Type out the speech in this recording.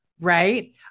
Right